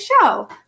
show